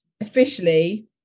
Officially